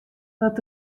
wat